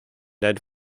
ned